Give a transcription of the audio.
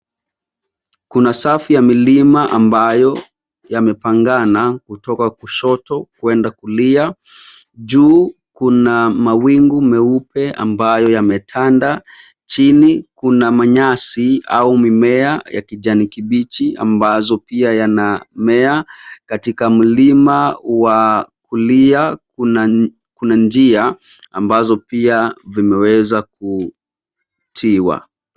Kuna safu ya milima ambayo imepangana kutoka kushoto kuenda kulia. Juu kuna mawingu meupe ambayo yametanda. Chini kuna nyasi au mimea ya kijani kibichi ambayo pia imemea. Katika mlima wa kulia kuna njia ambayo pia imeweza kutiwa.